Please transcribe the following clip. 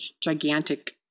gigantic